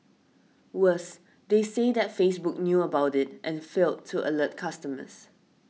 worse they say that Facebook knew about it and failed to alert customers